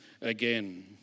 again